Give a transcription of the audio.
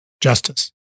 justice